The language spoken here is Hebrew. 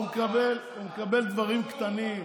הוא מקבל דברים קטנים.